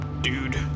dude